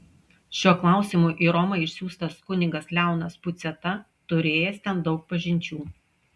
šiuo klausimu į romą išsiųstas kunigas leonas puciata turėjęs ten daug pažinčių